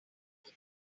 opens